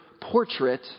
portrait